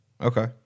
okay